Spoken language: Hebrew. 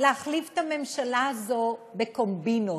להחליף את הממשלה הזאת בקומבינות.